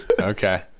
Okay